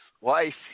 wife